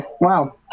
Wow